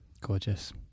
Gorgeous